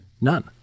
None